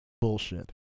Bullshit